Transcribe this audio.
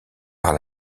par